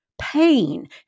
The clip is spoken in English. pain